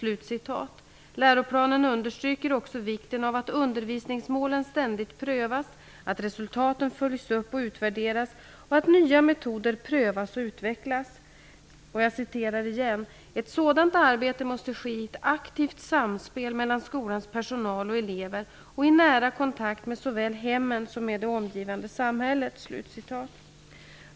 Läroplanen understryker också vikten av att undervisningsmålen ständigt prövas, att resultaten följs upp och utvärderas och att nya metoder prövas och utvecklas: ''Ett sådant arbete måste ske i ett aktivt samspel mellan skolans personal och elever och i nära kontakt med såväl hemmen som med det omgivande samhället.''